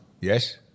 Yes